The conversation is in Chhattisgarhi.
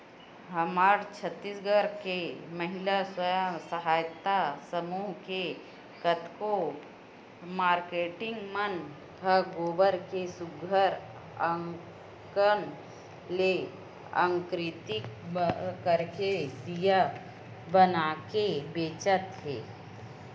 हमर छत्तीसगढ़ के महिला स्व सहयता समूह के कतको मारकेटिंग मन ह गोबर के सुग्घर अंकन ले कलाकृति करके दिया बनाके बेंचत हे